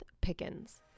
Pickens